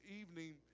evening